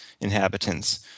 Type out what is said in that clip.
inhabitants